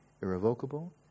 irrevocable